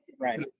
Right